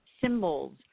symbols